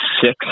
six